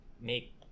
make